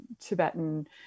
Tibetan